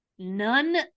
None